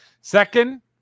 second